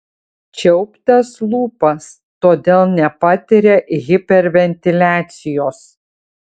čiauptas lūpas todėl nepatiria hiperventiliacijos